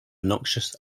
noxious